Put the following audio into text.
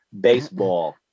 baseball